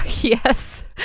yes